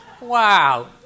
Wow